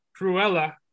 Cruella